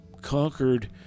conquered